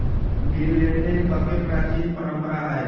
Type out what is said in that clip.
bill लेनदेन कके प्राचीन परंपरा हइ